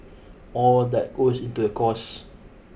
all that goes into the cost